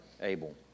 Abel